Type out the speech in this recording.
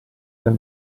dal